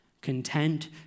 Content